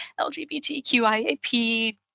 LGBTQIAP+